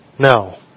No